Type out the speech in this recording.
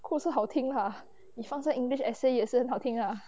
quotes 是很好听啊你放在 english essay 也是很好听啊